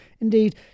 Indeed